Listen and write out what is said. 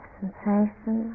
sensation